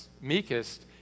meekest